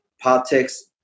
politics